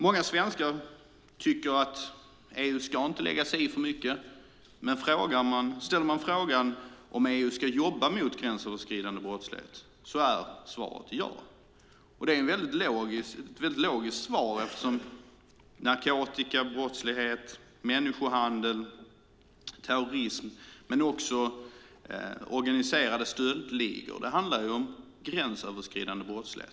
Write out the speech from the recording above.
Många svenskar tycker att EU inte ska lägga sig i för mycket. Men om man ställer frågan om huruvida EU ska jobba mot gränsöverskridande brottslighet är svaret ja. Det är ett logiskt svar. Narkotikabrottslighet, människohandel, terrorism men också organiserade stöldligor handlar om gränsöverskridande brottslighet.